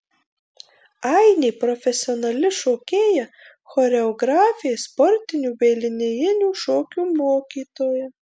ainė profesionali šokėja choreografė sportinių bei linijinių šokių mokytoja